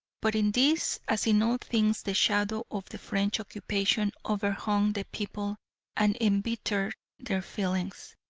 but in this as in all things the shadow of the french occupation overhung the people and embittered their feelings.